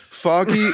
Foggy